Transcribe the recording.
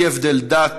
בלי הבדל דת,